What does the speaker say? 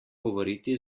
govoriti